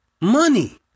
Money